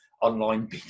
online